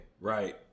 right